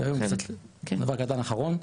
דבר קטן אחרון,